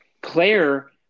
Claire